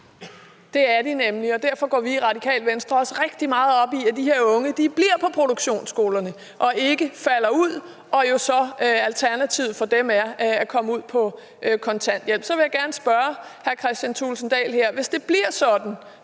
Det er de nemlig, og derfor går vi i Radikale Venstre også rigtig meget op i, at de her unge bliver på produktionsskolerne og ikke falder ud, hvor jo så alternativet for dem er at komme på kontanthjælp. Så vil jeg gerne spørge hr. Kristian Thulesen Dahl her: Hvis det bliver sådan